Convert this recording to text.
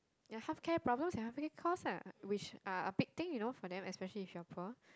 ya healthcare problems and healthcare cost lah which are big thing you know for them especially if you are poor